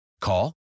Call